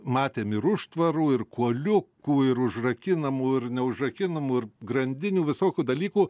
matėm ir užtvarų ir kuoliukų ir užrakinamų ir neužrakinamų ir grandinių visokių dalykų